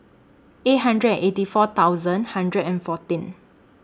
eight hundred and eighty four thousand hundred and fourteen